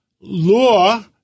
law